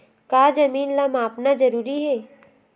का जमीन ला मापना जरूरी हे?